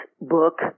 book